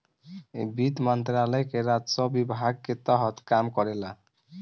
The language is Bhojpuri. इ वित्त मंत्रालय के राजस्व विभाग के तहत काम करेला